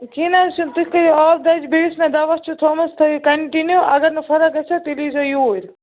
کیٚنٛہہ نہَ حظ چھُنہٕ تُہۍ کٔرِو آبہٕ دَجہٕ بیٚیہِ یُس مےٚ دوا چھُ تھوٚمُت سُہ تھٲیِو کَنٹِنیٛوٗ اَگر نہٕ فرق گژھٮ۪و تیٚلہِ ییٖزیٚو یوٗرۍ